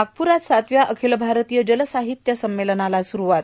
नागपुरात सातव्या अखिल भारतीय जलसाहित्य संमेलनाला सुरूवात